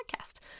podcast